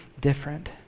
different